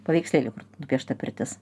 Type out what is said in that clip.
paveikslėlį nupiešta pirtis